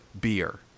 beer